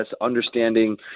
understanding